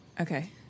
Okay